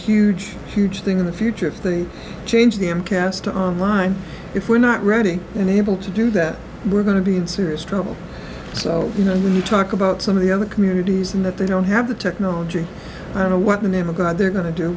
huge huge thing in the future if they change them cast on line if we're not ready and able to do that we're going to be in serious trouble so you know when you talk about some of the other communities in that they don't have the technology i don't know what the name of god they're go